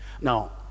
Now